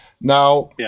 Now